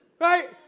right